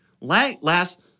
last